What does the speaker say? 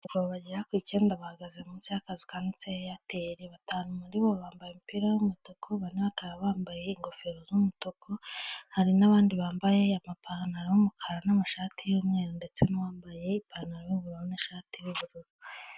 Abagabo bagera ku icyenda bahagaze munsi y'akazi kantseho eyateri batanu muri bo bambaye umupira w'umutuku, bakaba bambaye ingofero z'umutuku hari n'abandi bambaye amapantaro y'umukara n'amashati y'umweru ndetse n'uwambaye ipantaro yubururu nashati yubururu.